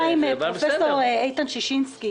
הייתה לי שיחה עם פרופ' איתן ששינסקי,